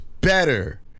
better